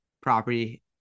property